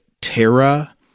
Terra